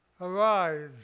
Arise